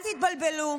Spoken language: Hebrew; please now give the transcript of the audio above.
אל תתבלבלו,